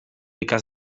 ikas